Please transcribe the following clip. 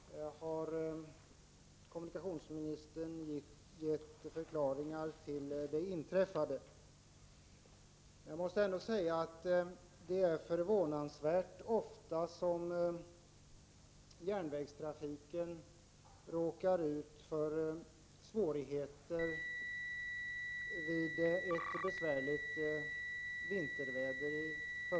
Herr talman! Det finns ofta förklaringar till den här typen av incidenter. Och kommunikationsministern har i interpellationssvaret gett förklaringar till det inträffade. Jag måste ändå säga att järnvägstrafiken förvånansvärt ofta råkar ut för svårigheter, i första hand vid ett besvärligt vinterväder.